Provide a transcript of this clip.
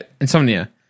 Insomnia